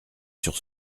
sur